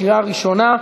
קריאה ראשונה.